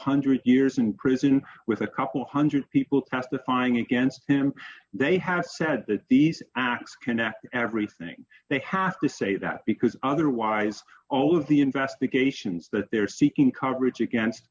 hundred years in prison with a couple of one hundred people testifying against him they have said that these acts can act everything they have to say that because otherwise all of the investigations that they're seeking coverage against